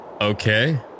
Okay